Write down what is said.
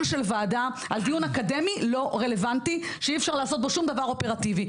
של וועדה על דיון אקדמי לא רלבנטי שאי אפשר לעשות בו שום דבר אופרטיבי,